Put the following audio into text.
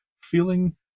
feeling